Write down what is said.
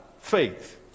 Faith